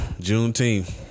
Juneteenth